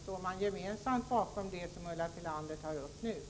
Står de båda partierna gemensamt bakom det som Ulla Tillander här tagit upp?